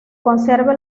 conserva